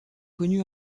connu